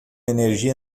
energia